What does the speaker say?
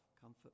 comfort